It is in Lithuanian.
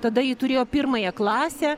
tada ji turėjo pirmąją klasę